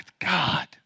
God